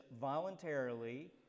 voluntarily